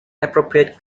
appropriate